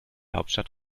hauptstadt